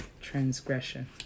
transgression